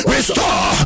Restore